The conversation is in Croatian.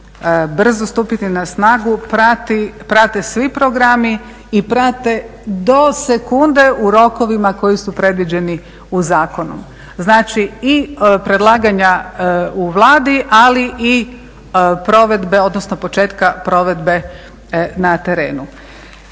brzo stupiti na snagu prate svi programi i prate do sekunde u rokovima koji su predviđeni u zakonu. Znači i predlaganja u Vladi ali i provedbe odnosno